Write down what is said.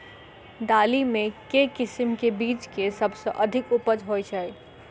दालि मे केँ किसिम केँ बीज केँ सबसँ अधिक उपज होए छै?